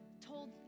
told